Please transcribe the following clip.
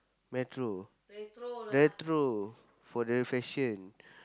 Metro retro for the fashion